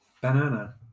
Banana